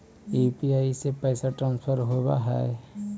UPI से पैसा transfer होवहै?